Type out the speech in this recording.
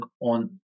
on